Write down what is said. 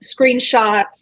screenshots